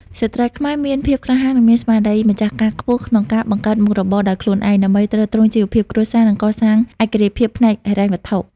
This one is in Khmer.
ស្ត្រីខ្មែរមានភាពក្លាហាន និងមានស្មារតីម្ចាស់ការខ្ពស់ក្នុងការបង្កើតមុខរបរដោយខ្លួនឯង ដើម្បីទ្រទ្រង់ជីវភាពគ្រួសារ និងកសាងឯករាជ្យភាពផ្នែកហិរញ្ញវត្ថុ។